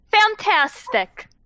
Fantastic